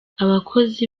abakozi